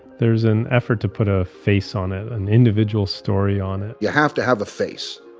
there's an effort to put a face on it. an individual story on it you have to have a face,